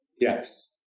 Yes